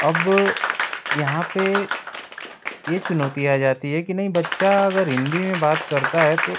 अब यहाँ पर ये चुनौती आ जाती है कि नहीं बच्चा अगर हिन्दी में बात करता है तो